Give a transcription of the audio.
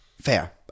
Fair